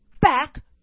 back